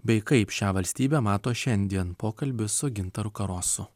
bei kaip šią valstybę mato šiandien pokalbis su gintaru karosu